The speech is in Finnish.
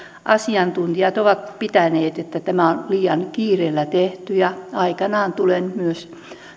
asiantuntijat ovat nähneet että tämä on liian kiireellä tehty aikanaan tulen myös